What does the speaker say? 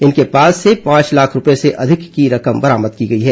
इनके पास से पांच लाख रूपये से अधिक की रकम बरामद की गई है